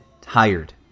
tired